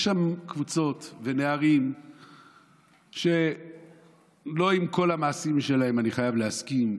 יש שם קבוצות ונערים שלא עם כל המעשים שלהם אני חייב להסכים,